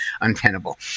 untenable